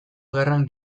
gerran